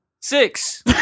Six